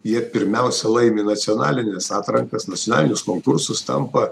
jie pirmiausia laimi nacionalines atrankas nacionalinius konkursus tampa